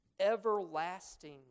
Everlasting